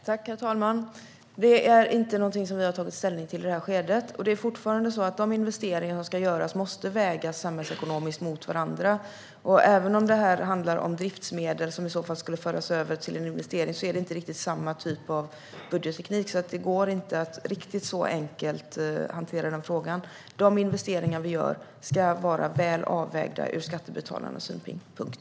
Herr talman! Det är inte någonting som vi har tagit ställning till i det här skedet. Det är fortfarande så att de investeringar som ska göras måste vägas samhällsekonomiskt mot varandra. Även om det handlar om driftsmedel som i så fall skulle föras över till en investering är det inte riktigt samma typ av budgetteknik. Det går inte att hantera den frågan riktigt så enkelt. De investeringar vi gör ska vara väl avvägda ur skattebetalarnas synpunkt.